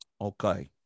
Okay